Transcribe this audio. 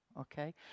okay